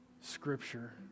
scripture